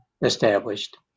established